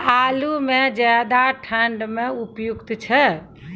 आलू म ज्यादा ठंड म उपयुक्त छै?